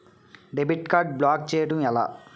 Debit card block చేయటం ఎలా?